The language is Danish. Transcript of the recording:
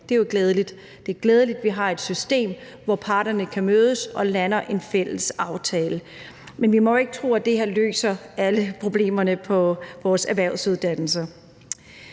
Det er glædeligt, at vi har et system, hvor parterne kan mødes og lande en fælles aftale. Men vi må jo ikke tro, at det her løser alle problemerne på vores erhvervsuddannelser,